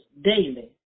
daily